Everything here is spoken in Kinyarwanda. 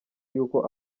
y’uko